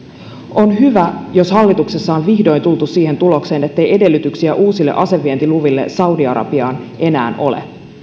on hyvä jos hallituksessa on vihdoin tultu siihen tulokseen ettei edellytyksiä uusille asevientiluville saudi arabiaan enää ole